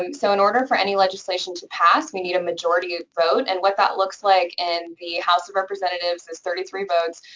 um so in order for any legislation to pass, we need a majority ah vote, and what that looks like in the house of representatives is thirty three votes,